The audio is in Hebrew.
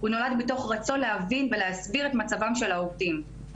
הוא נולד מתוך רצון להבין ולהסביר את מצבם של העובדים.